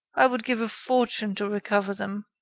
i would give a fortune to recover them.